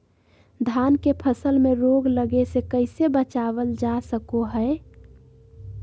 धान के फसल में रोग लगे से कैसे बचाबल जा सको हय?